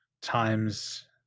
times